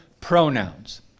pronouns